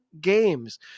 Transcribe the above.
games